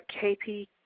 KP